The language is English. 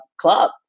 club